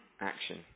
action